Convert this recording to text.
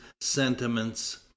sentiments